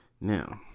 now